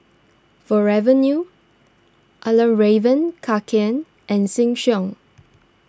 Forever New Fjallraven Kanken and Sheng Siong